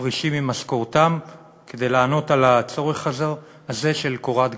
מפרישים ממשכורתם כדי לענות על הצורך הזה של קורת גג.